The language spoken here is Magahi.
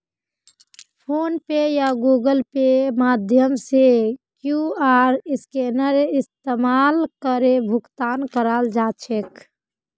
फोन पे या गूगल पेर माध्यम से क्यूआर स्कैनेर इस्तमाल करे भुगतान कराल जा छेक